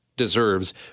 deserves